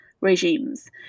regimes